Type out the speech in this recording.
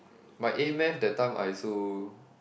my a-math that time I also